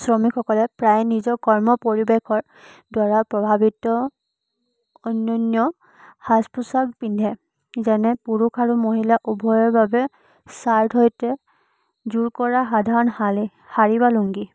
শ্ৰমিকসকলে প্ৰায় নিজৰ কৰ্ম পৰিৱেশত দ্ৱাৰা প্ৰভাৱিত অন্য়ান্য সাজ পোছাক পিন্ধে যেনে পুৰুষ আৰু মহিলাৰ উভয়ৰ বাবে শ্ৱাৰ্ট সৈতে যোৰ কৰা সাধাৰণ শালী শাড়ী বা লুংগী